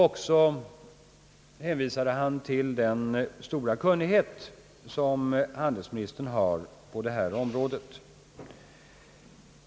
Han hänvisade också till den stora kunnighet som handelsministern har på detta område.